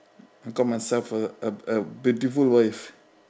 I got myself a a a beautiful wife